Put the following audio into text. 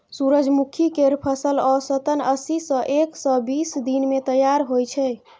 सूरजमुखी केर फसल औसतन अस्सी सँ एक सय बीस दिन मे तैयार होइ छै